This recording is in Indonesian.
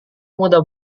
mudah